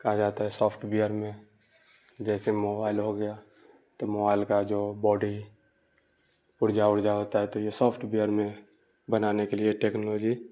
کہا جاتا ہے سافٹ وئیر میں جیسے موبائل ہو گیا تو موبائل کا جو باڈی پرزہ ورجا ہوتا ہے تو یہ سافٹ وئیر میں بنانے کے لیے ٹکنالوجی